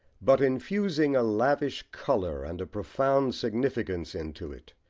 but infusing a lavish colour and a profound significance into it,